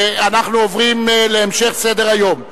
אנחנו עוברים להמשך סדר-היום.